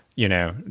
you know,